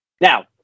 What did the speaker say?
Now